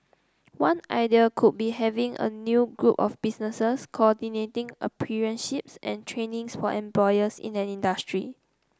one idea could be having a new group of businesses coordinating apprenticeships and trainings for employers in an industry